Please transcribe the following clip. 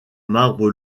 marbre